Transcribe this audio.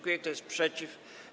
Kto jest przeciw?